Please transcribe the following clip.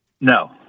No